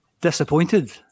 disappointed